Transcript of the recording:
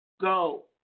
Go